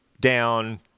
down